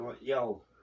yo